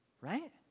Right